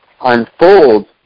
unfolds